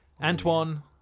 Antoine